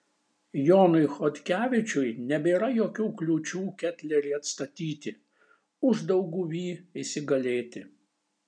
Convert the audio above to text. jonui chodkevičiui nebėra jokių kliūčių ketlerį atstatyti uždauguvy įsigalėti